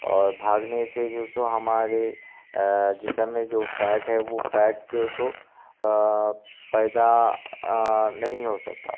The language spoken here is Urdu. اور بھاگنے سے جو سو ہمارے جسم جو فیٹ ہے وہ فیٹ جو سو پیدا نہیں ہو سکتا